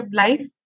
life